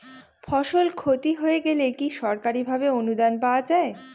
ফসল ক্ষতি হয়ে গেলে কি সরকারি ভাবে অনুদান পাওয়া য়ায়?